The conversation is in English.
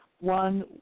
one